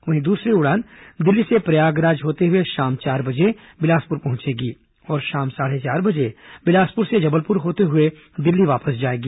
वहीं दूसरी उड़ान दिल्ली से प्रयागराज होते हुए शाम चार बजे बिलासपुर पहुंचेगी और शाम सादे चार बजे बिलासपुर से जबलपुर होते हुए दिल्ली वापस जाएगी